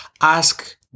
ask